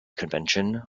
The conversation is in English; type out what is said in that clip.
convention